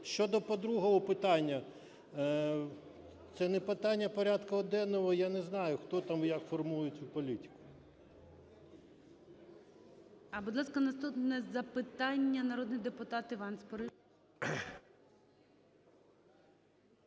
Щодо по другому питанню. Це не питання порядку денного, я не знаю, хто там як формує цю політику. ГОЛОВУЮЧИЙ. Будь ласка, наступне запитання, народний депутат Іван Спориш.